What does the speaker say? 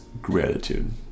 gratitude